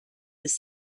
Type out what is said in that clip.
was